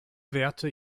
werte